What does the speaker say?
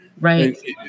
right